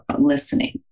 listening